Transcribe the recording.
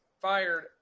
fired